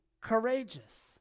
courageous